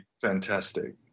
fantastic